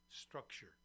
structure